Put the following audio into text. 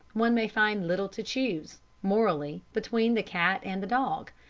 one may find little to choose morally between the cat and the dog.